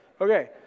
Okay